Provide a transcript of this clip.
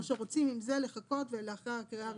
או שרוצים עם זה לחכות לאחר קריאה ראשונה.